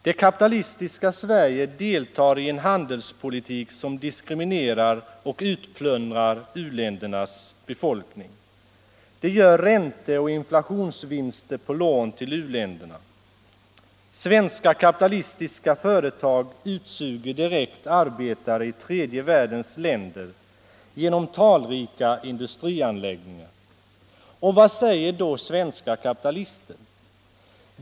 Det ka 69 pitalistiska Sverige deltar i en handelspolitik som diskriminerar och utplundrar u-ländernas befolkning. Det gör ränteoch inflationsvinster på lån till u-länderna. Svenska kapitalistiska företag utsuger direkt arbetare i tredje världens länder genom talrika industrianläggningar. Och vad säger då svenska kapitalister?